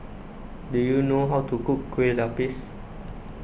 do you know how to cook Kue Lupis